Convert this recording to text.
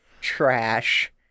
trash